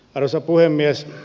arvoisa puhemies